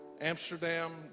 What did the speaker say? Amsterdam